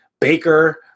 Baker